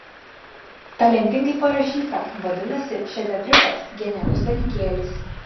talentingai parašyta vadinasi šedevriukas genialus dalykėlis